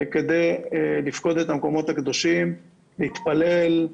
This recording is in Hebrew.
כדי לפקוד את המקומות הקדושים, להתפלל,